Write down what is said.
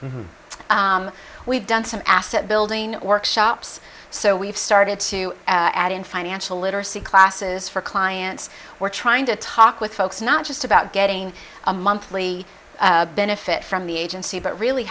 we've done some asset building workshops so we've started to add in financial literacy classes for clients or trying to talk with folks not just about getting a monthly benefit from the agency but really